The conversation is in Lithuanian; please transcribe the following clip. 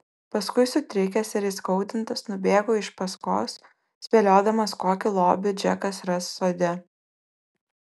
paskui sutrikęs ir įskaudintas nubėgo iš paskos spėliodamas kokį lobį džekas ras sode